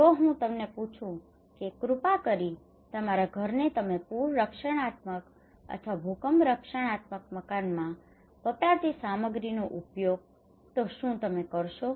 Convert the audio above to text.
જો હું તમને પૂછું છું કે કૃપા કરીને તમારા ઘરને તમે પૂર રક્ષણાત્મક અથવા ભૂકંપ રક્ષણાત્મક મકાનમાં વપરાતી સામગ્રીનો ઉપયોગ તો શું તમે તે કરશો